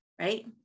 Right